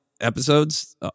episodes